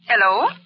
Hello